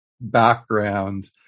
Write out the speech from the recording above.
background